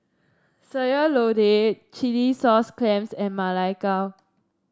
Sayur Lodeh Chilli Sauce Clams and Ma Lai Gao